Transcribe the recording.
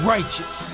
Righteous